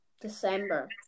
December